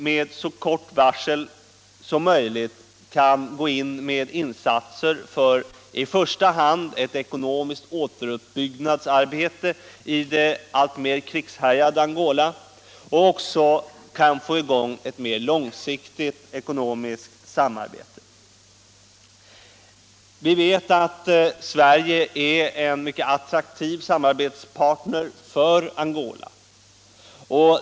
Med så kort varsel som möjligt kan vi då göra insatser för i första hand ett ekonomiskt återuppbyggnadsarbete i det alltmer krigshärjade Angola —- och också få i gång ett mer långsiktigt ekonomiskt samarbete. Vi vet att Sverige är en mycket attraktiv samarbetspartner för Angola.